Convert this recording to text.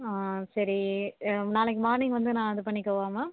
ஆ சரி நாளைக்கு மார்னிங் வந்து நான் இது பண்ணிக்கவா மேம்